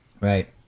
right